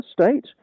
state